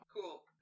Cool